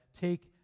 take